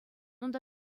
унта